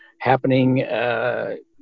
happening